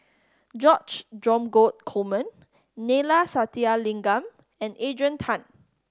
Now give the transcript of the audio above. George Dromgold Coleman Neila Sathyalingam and Adrian Tan